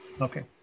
Okay